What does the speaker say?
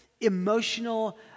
emotional